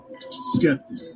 Skeptic